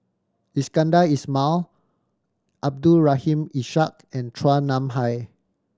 Iskandar Ismail Abdul Rahim Ishak and Chua Nam Hai